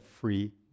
free